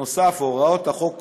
נוסף על כך,